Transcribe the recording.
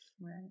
Right